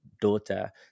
daughter